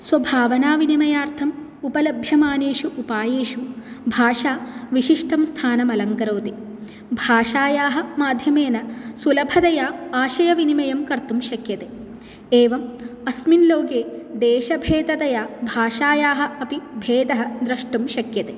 स्वभावनाविनिमयार्थम् उपलभ्यमानेषु उपायेषु भाषा विशिष्टं स्थानम् अलङ्करोति भाषायाः माध्यमेन सुलभतया आशयविनिमयं कर्तुं शक्यते एवम् अस्मिन् लोके देशभेदतया भाषायाः अपि भेदः द्रष्टुं शक्यते